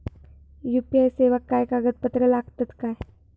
UPI सेवाक काय कागदपत्र लागतत काय?